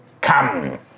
Come